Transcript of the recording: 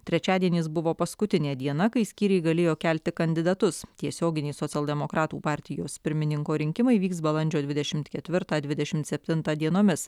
trečiadienis buvo paskutinė diena kai skyriai galėjo kelti kandidatus tiesioginiai socialdemokratų partijos pirmininko rinkimai vyks balandžio dvidešimt ketvirtą dvidešimt septintą dienomis